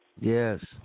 Yes